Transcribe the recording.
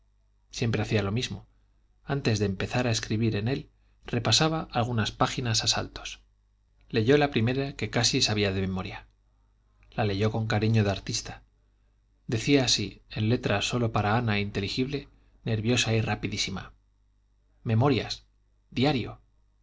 siempre hacía lo mismo antes de empezar a escribir en él repasaba algunas páginas a saltos leyó la primera que casi sabía de memoria la leyó con cariño de artista decía así en letra sólo para ana inteligible nerviosa y rapidísima memorias diario